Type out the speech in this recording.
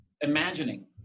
imagining